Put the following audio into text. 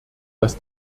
dass